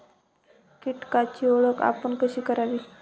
कीटकांची ओळख आपण कशी करावी?